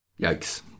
Yikes